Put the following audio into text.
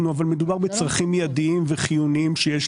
מדובר בצרכים מידיים וחיוניים.